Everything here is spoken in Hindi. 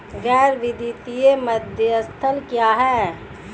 गैर वित्तीय मध्यस्थ क्या हैं?